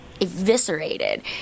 eviscerated